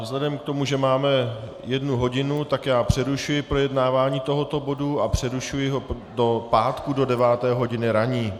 Vzhledem k tomu, že máme jednu hodinu, přerušuji projednávání tohoto bodu a přerušuji ho do pátku do deváté hodiny ranní.